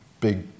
big